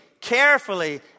carefully